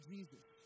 Jesus